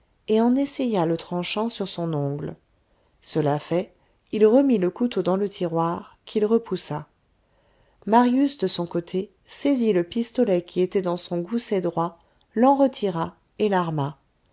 et en essaya le tranchant sur son ongle cela fait il remit le couteau dans le tiroir qu'il repoussa marius de son côté saisit le pistolet qui était dans son gousset droit l'en retira et l'arma